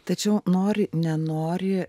tačiau nori nenori